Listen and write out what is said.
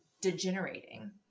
degenerating